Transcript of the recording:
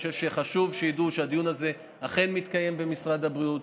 אני חושב שחשוב שידעו שהדיון הזה אכן מתקיים במשרד הבריאות.